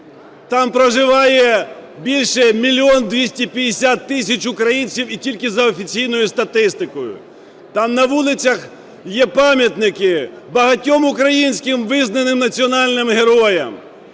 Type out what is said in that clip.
Там проживає більше 1 мільйона 250 тисяч українців і тільки за офіційною статистикою. Там на вулицях є пам'ятники багатьом українським визнаним національним героям.